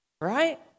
right